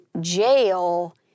jail